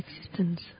existence